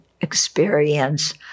experience